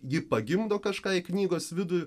ji pagimdo kažką į knygos vidų